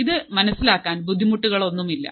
ഇത് മനസ്സിലാക്കാൻ ബുദ്ധിമുട്ടില്ല